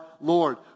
Lord